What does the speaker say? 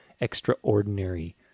extraordinary